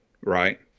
right